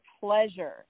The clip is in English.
pleasure